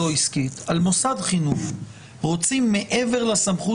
לא עסקית על מוסד חינוך רוצים מעבר לסמכות